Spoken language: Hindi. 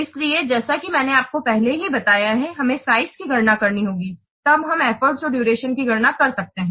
इसलिए जैसा कि मैंने आपको पहले ही बताया है हमें साइज की गणना करनी होगी तब हम एफर्ट और डुएराशन की गणना कर सकते हैं